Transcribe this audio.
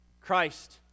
Christ